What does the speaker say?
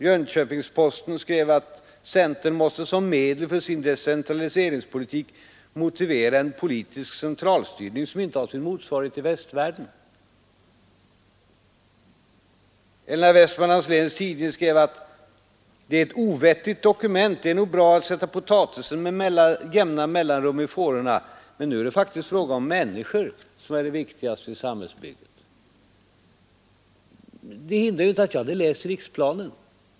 Jönköpings-Posten skrev: ”Centern måste som medel för sin decentraliseringspolitik motivera en politisk centralstyrning som inte har sin motsvarighet i västvärlden.” Vestman lands Läns Tidning skrev att det är ”ett ovettigt dokument” och: ”Det är nog bra att sätta potatisen med jämna mellanrum i fårorna, men nu är det faktiskt fråga om människor som det viktigaste i samhällsbyggandet.” Detta hindrar inte att jag hade läst riksplanen.